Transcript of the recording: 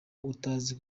utazi